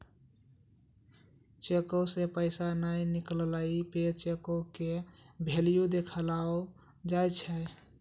चेको से पैसा नै निकलला पे चेको के भेल्यू देखलो जाय छै